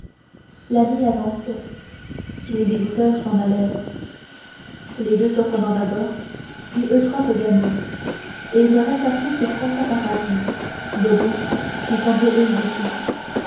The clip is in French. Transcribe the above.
la nuit avançait les visiteurs s'en allèrent les deux surprenant d'abord puis eutrope gagnon et il ne resta plus que françois paradis debout qui semblait hésiter